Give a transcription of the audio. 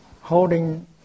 holding